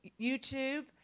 YouTube